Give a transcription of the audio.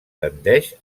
tendeix